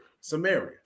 Samaria